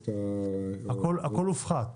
הכול כבר הופחת.